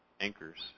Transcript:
anchors